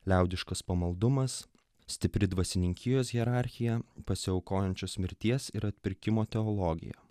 liaudiškas pamaldumas stipri dvasininkijos hierarchija pasiaukojančios mirties ir atpirkimo teologija